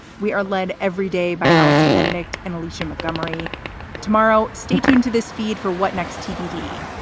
we are led everyday by allison benedikt and alicia montgomery tomorrow. stay tuned to this feed for what next tbd.